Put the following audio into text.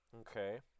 Okay